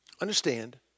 understand